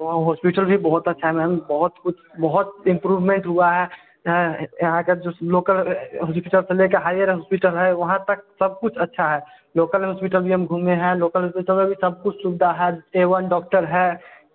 वहाँ हॉस्पिटल भी बहुत अच्छा है मैम बहुत कुछ बहुत इम्प्रूवमेंट हुआ है यहाँ का जो लोकल हॉस्पिटल से लेके हायर हॉस्पिटल है वहाँ तक सब कुछ अच्छा है लोकल हॉस्पिटल भी हम घूमे हैं लोकल हॉस्पिटल में भी सब कुछ सुविधा है ए वन डॉक्टर हैं